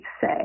say